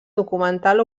documental